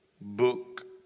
book